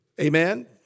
Amen